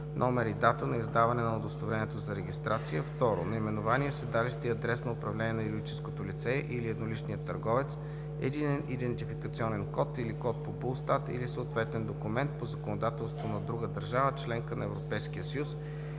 номер и дата на издаване на удостоверението за регистрация; 2. наименование, седалище и адрес на управление на юридическото лице или едноличния търговец, единен идентификационен код или код по БУЛСТАТ, или съответен документ по законодателството на друга държава – членка на Европейския съюз,